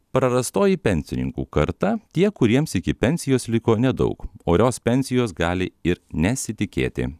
prarastoji pensininkų karta tie kuriems iki pensijos liko nedaug orios pensijos gali ir nesitikėti